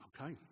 Okay